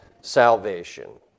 salvation